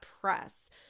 press